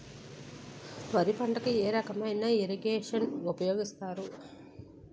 వరి పంటకు ఏ రకమైన ఇరగేషన్ ఉపయోగిస్తారు?